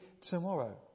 tomorrow